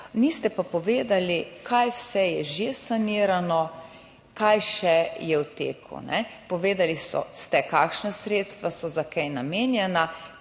niste pa povedali, kaj vse je že sanirano, kaj še je v teku. Povedali ste, kakšna sredstva so za kaj namenjena.